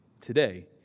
today